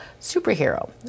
superhero